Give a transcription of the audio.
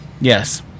yes